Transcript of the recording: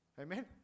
amen